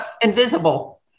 Invisible